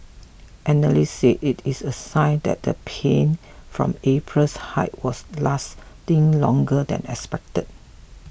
analysts say it is a sign that the pain from April's hike was lasting longer than expected